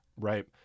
right